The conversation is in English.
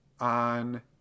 on